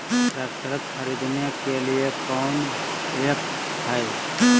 Tractor खरीदने के लिए कौन ऐप्स हाय?